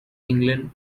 england